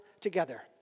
together